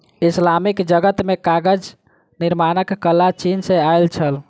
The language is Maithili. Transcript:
इस्लामिक जगत मे कागज निर्माणक कला चीन सॅ आयल छल